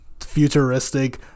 futuristic